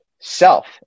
self